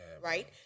Right